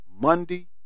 Monday